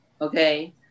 okay